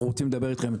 שאנחנו רוצים לדבר איתכם,